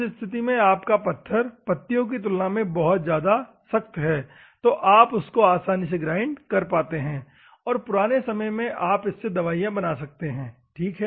इस स्थिति में आपका पत्थर पत्तियों की तुलना में बहुत ज्यादा सख्त है तो आप उस को आसानी से ग्राइंड कर सकते हैं और पुराने समय में आप इससे दवाइयां बना सकते हैं ठीक है